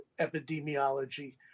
epidemiology